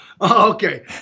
okay